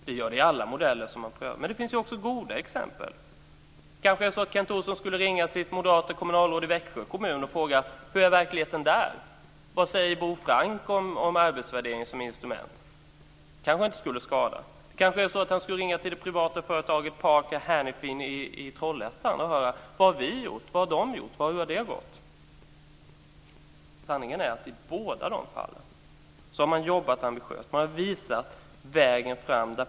Det gör det i alla modeller som man prövar. Men det finns också goda exempel. Kanske skulle Kent Olsson ringa till sitt moderata kommunalråd i Växjö kommun och fråga hur verkligheten är där. Vad säger Bo Frank om arbetsvärdering som instrument? Det kanske inte skulle skada. Kanske skulle han också ringa till det privata företaget Parker Hannifin i Trollhättan och höra vad de har gjort och hur det har gått. Sanningen är att i båda de fallen har man jobbat ambitiöst. Man har visat vägen framåt.